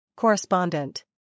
Correspondent